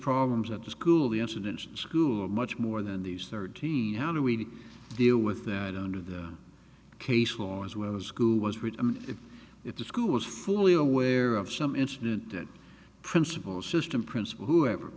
problems at the school the incidents in school are much more than these thirteen how do we deal with that under the case law as well as school was written and if if the school was fully aware of some incident that principal system principal who ever